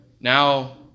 now